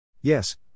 Yes